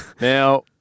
Now